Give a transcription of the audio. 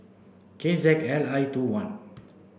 K Z L I two one